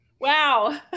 wow